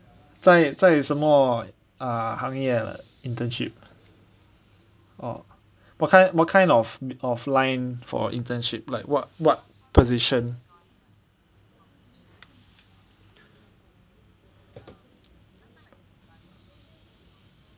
在在什么 err 行业 internship what kind what kind of of line for internship like what what position